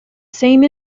same